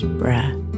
breath